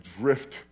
drift